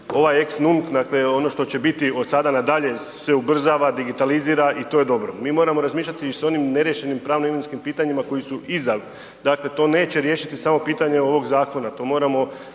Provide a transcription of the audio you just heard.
Ovaj ex nunc, dakle ono što će biti od sada nadalje se ubrzava, digitalizira i to je dobro. Mi moramo razmišljati s onim neriješenim pravno-imovinskim pitanjima koji su iza dakle, to neće riješiti samo pitanje ovog zakona,